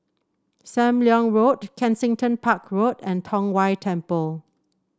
Sam Leong Road Kensington Park Road and Tong Whye Temple